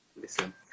listen